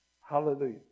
Hallelujah